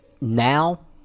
now